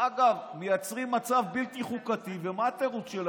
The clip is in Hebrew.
מייצרים מצב בלתי חוקתי, ומה התירוץ שלכם?